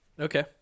okay